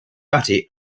batty